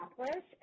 accomplish